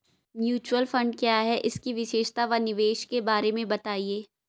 Mutual fund क्या है इसकी विशेषता व निवेश के बारे में बताइये?